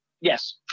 yes